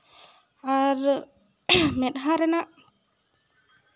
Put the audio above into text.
ᱟᱨ ᱢᱮᱫᱦᱟ ᱨᱮᱱᱟᱜ